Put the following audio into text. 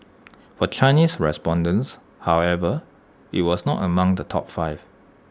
for Chinese respondents however IT was not among the top five